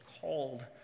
called